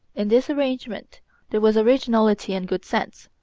in this arrangement there was originality and good sense.